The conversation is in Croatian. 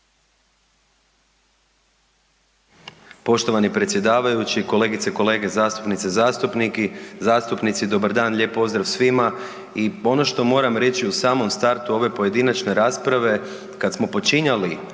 Poštovani predsjedavajući, kolegice i kolege zastupnice i zastupnici, dobar dan, lijep pozdrav svima i ono što moram reći u samom startu ove pojedinačne rasprave, kad smo počinjali